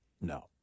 No